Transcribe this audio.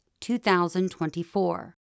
2024